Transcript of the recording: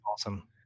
Awesome